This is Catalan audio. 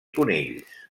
conills